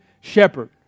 shepherd